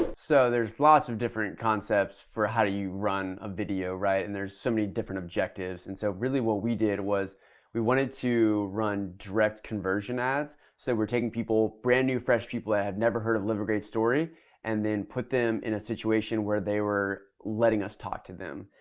so there's lots of different concepts for how do you run a video right and there's so many different objectives. and so really what we did was we wanted to run direct conversion ads, so we're taking people, brand new fresh people that have never heard of live a great story and then put them in a situation where they were letting us talk to them.